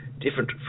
different